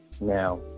Now